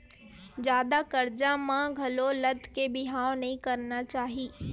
जादा करजा म घलो लद के बिहाव नइ करना चाही